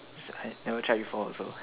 that's why never try before also